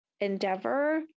Endeavor